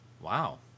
Wow